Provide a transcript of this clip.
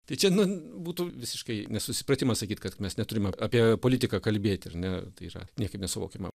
tai čia nu būtų visiškai nesusipratimas sakyt kad mes neturime apie politiką kalbėti ar ne tai yra niekaip nesuvokiama